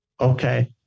Okay